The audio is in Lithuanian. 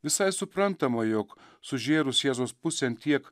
visai suprantama jog sužėrus jėzaus pusėn tiek